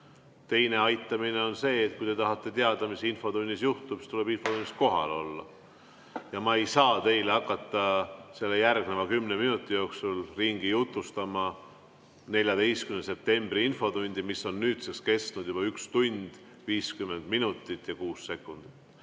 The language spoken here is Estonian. Teine aitamine on see, et kui te tahate teada, mis infotunnis juhtub, siis tuleb infotunnis kohal olla. Ma ei saa teile hakata selle järgneva kümne minuti jooksul ringi jutustama 14. septembri infotundi, mis on nüüdseks kestnud juba 1 tund 50 minutit ja 6 sekundit.